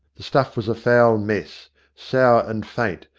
the stuff was a foul mess, sour and faint,